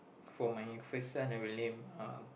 for my first son I would name um